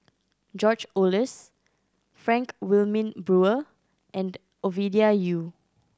George Oehlers Frank Wilmin Brewer and Ovidia Yu